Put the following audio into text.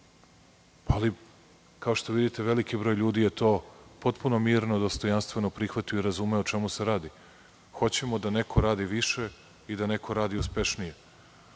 reći. Kao što vidite, veliki broj ljudi je to potpuno mirno, dostojanstveno prihvatio i razumeo o čemu se radi. Hoćemo da neko radi više i da neko radi uspešnije. Kada